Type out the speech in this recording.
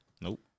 Nope